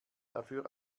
dafür